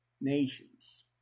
nations